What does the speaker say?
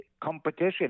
competition